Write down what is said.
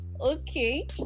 okay